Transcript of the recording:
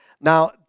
Now